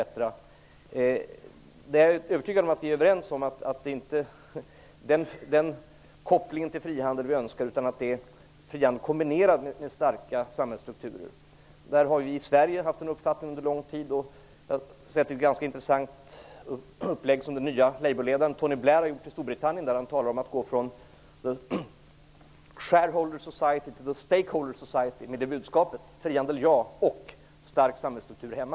Jag är övertygad om att vi är överens om att det inte är den kopplingen till frihandel vi önskar, utan att det är frihandel kombinerad med starka samhällsstrukturer. Vi i Sverige har haft den uppfattningen under lång tid. Det är ett ganska intressant upplägg som den nya Labourledaren Tony Blair har gjort i Storbritannien. Han talar om att gå från "the shareholder society" till "the stakeholder society" med det budskapet, dvs. ja till frihandel och stark samhällsstruktur hemma.